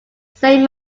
save